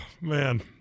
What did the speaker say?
Man